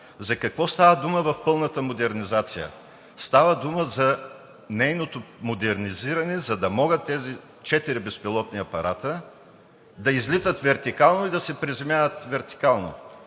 За какво става дума в пълната модернизация? Става дума за нейното модернизиране, за да могат тези четири безпилотни апарата да излитат вертикално и да се приземяват вертикално…